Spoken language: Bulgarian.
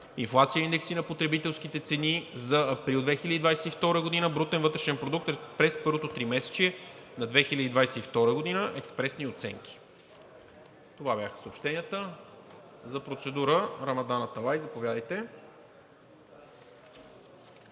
инфлация и индекси на потребителските цени за април 2022 г., брутен вътрешен продукт през първото 3-месечие на 2022 г., експресни оценки. Това бяха съобщенията. За процедура – Рамадан Аталай, заповядайте.